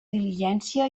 diligència